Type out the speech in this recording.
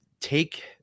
take